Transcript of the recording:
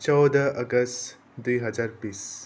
चौध अगस्त दुई हजार बिस